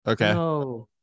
Okay